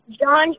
John